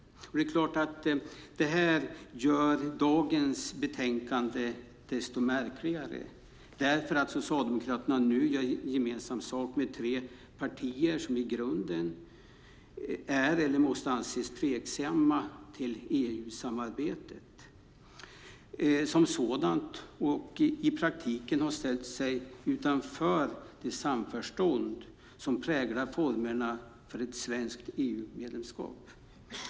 Det här gör dagens betänkande desto märkligare därför att Socialdemokraterna nu gör gemensam sak med tre partier som i grunden är eller måste anses tveksamma till EU-samarbetet som sådant och som i praktiken har ställt sig utanför det samförstånd som präglat formerna för ett svenskt EU-medlemskap.